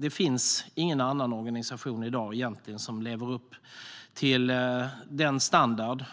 Det finns i dag egentligen ingen annan organisation som lever upp till denna standard,